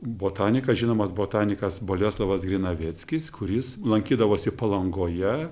botanikas žinomas botanikas boleslovas grinaveckis kuris lankydavosi palangoje